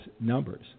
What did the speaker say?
numbers